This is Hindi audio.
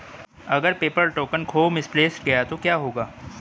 अगर पेपर टोकन खो मिसप्लेस्ड गया तो क्या होगा?